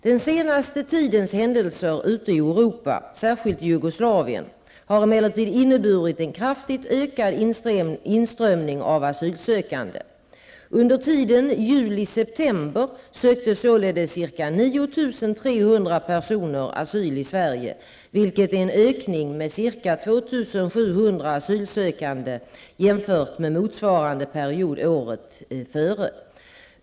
Den senaste tidens händelser ute i Europa, särskilt i Jugoslavien, har emellertid inneburit en kraftigt ökad inströmning av asylsökande. Under tiden juli--september sökte således ca 9 300 personer asyl i Sverige, vilket är en ökning med ca 2 700 asylsökande jämfört med motsvarande period året dessförinnan.